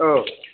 औ